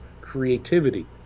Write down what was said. creativity